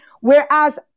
Whereas